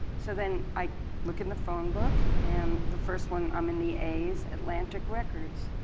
so then i look in the phone book, and the first one i'm in the a's atlantic records.